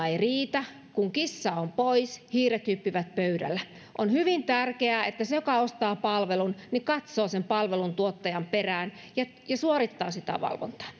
ei riitä kun kissa on poissa hiiret hyppivät pöydällä on hyvin tärkeää että se joka ostaa palvelun katsoo palveluntuottajan perään ja ja suorittaa sitä valvontaa